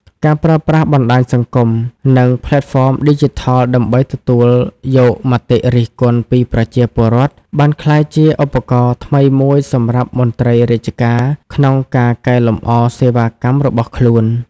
ការប្រើប្រាស់បណ្តាញសង្គម និងផ្លេតហ្វមឌីជីថលដើម្បីទទួលយកមតិរិះគន់ពីប្រជាពលរដ្ឋ បានក្លាយជាឧបករណ៍ថ្មីមួយសម្រាប់មន្ត្រីរាជការក្នុងការកែលម្អសេវាកម្មរបស់ខ្លួន។